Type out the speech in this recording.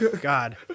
God